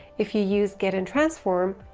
if you use get and transform,